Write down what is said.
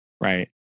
right